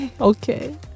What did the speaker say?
okay